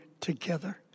together